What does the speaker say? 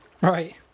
Right